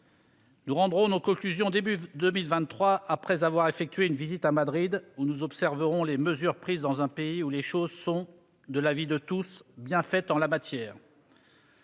Nous rendrons nos conclusions début 2023, après avoir effectué une visite à Madrid, où nous observerons les mesures prises dans un pays où les choses sont, de l'avis de tous, bien faites. Je